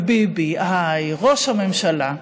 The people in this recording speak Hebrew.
וביבי, איי, ראש הממשלה.